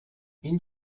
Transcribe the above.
این